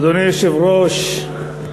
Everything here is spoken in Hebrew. אדוני היושב-ראש,